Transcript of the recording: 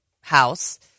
house